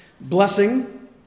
Blessing